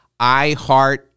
iHeart